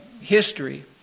history